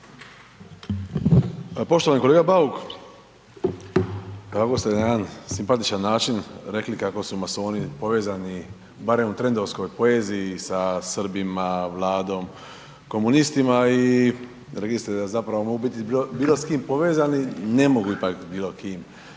Poštovani kolega Bauk, kako ste na jedan simpatičan način rekli kako su masoni povezani, barem u trendovskoj poeziji sa Srbima, Vladom, komunistima i .../Govornik se ne razumije./... zapravo mogu biti bilo s kim povezani, ne mogu ipak bilo kim.